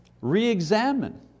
re-examine